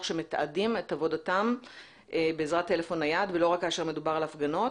שמתעדים את עבודתם בעזרת טלפון נייד ולא רק כאשר מדובר על הפגנות